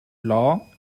law